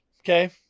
okay